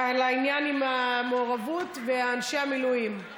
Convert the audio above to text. נגד העניין של המעורבות, ואנשי המילואים.